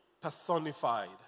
personified